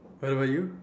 what about you